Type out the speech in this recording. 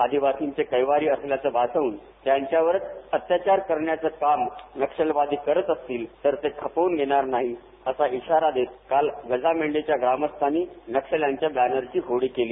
आदिवासींचे कैवारी असल्याचं भासवून त्यांच्यावरच अत्याचार करण्याचे काम नक्षलवादी करत असतील तर ते खपवून घेणार नाही असा इशारा देत काल गजामेंढीच्या ग्रामस्थांनी नक्षल्यांच्या बॅनरची होळी केली